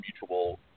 mutual